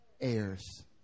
Heirs